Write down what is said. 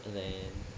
and then